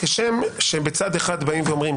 כשם שבצד אחד באים ואומרים,